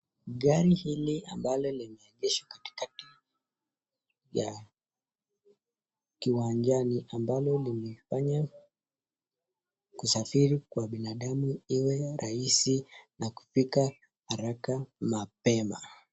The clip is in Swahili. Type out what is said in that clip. Gari hili ambalo limeegeshwa katikati ya kiwanjani ambalo limefanya kusafiri kwa binadamu iwe rahisi na kufika haraka mapema .